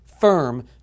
firm